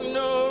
no